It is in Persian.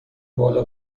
بالا